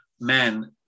men